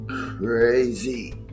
Crazy